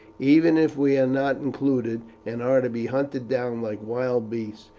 even if we are not included, and are to be hunted down like wild beasts.